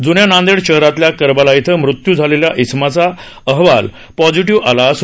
जून्या नांदेड शहरातल्या करबला इथं मृत्यू झालेल्य़ा इसमाचा अहवाल पॉसिटिव्ह आला आहे